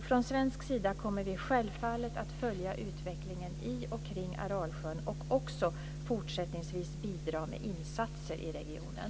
Från svensk sida kommer vi självfallet att följa utvecklingen i och kring Aralsjön och också fortsättningsvis bidra med insatser i regionen.